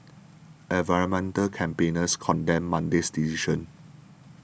environmental campaigners condemned Monday's decision